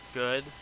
good